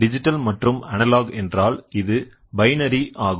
digital மற்றும் analogue என்றால் அது பைனரி ஆகும்